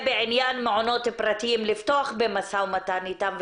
בעניין מעונות פרטיים לפתוח במשא ומתן איתם,